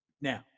Now